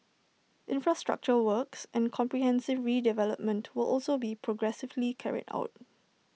infrastructure works and comprehensive redevelopment will also be progressively carried out